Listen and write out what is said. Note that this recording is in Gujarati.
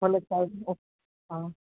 ભલે કાઈ નહીં ઓકે હા